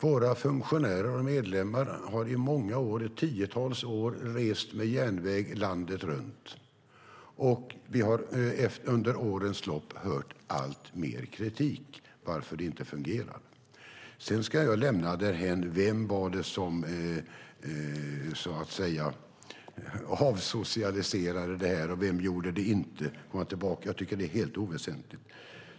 Våra funktionärer och medlemmar har i många år, i tiotals år, rest på järnväg landet runt, och vi har under årens lopp hört alltmer kritik om att det inte fungerar. Sedan ska jag lämna därhän vem det var som, så att säga, avsocialiserade det här och vem som inte gjorde det. Jag tycker att det är helt oväsentligt.